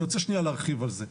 אני רוצה שניה להרחיב על זה.